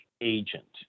agent